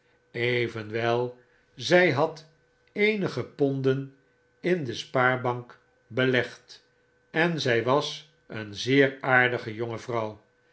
evenwel zy had eenigft ponden in de spaarbank belegd en zij was een zeer aardige jonge vrouw